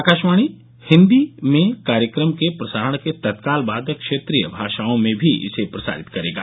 आकाशवाणी हिन्दी में कार्यक्रम के प्रसारण के तत्काल बाद क्षेत्रीय भाषाओं में भी इसे प्रसारित करेगा